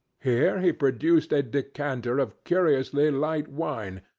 here he produced a decanter of curiously light wine,